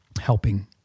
helping